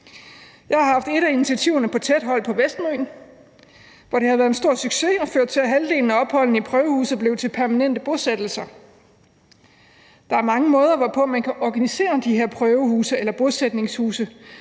Jeg har haft et af initiativerne på tæt hold på Vestmøn, hvor det har været en stor succes og ført til, at halvdelen af opholdene i prøvehuse blev til permanente bosættelser. Der er mange måder, hvorpå man kan organisere de her prøvehuse eller bosætningshuse.